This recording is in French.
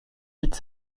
vite